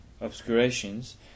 obscurations